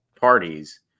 parties